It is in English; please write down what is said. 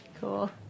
Cool